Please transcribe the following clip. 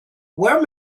where